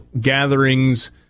gatherings